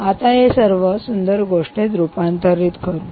आता हे सर्व सुंदर गोष्टीत रूपांतरित करूया